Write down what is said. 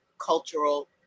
cultural